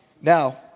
Now